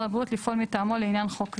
הבריאות לפעול מטעמו לעניין חוק זה."